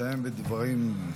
שתסיים בדברים,